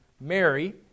Mary